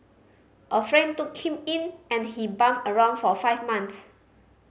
a friend took him in and he bummed around for five months